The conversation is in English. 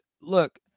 look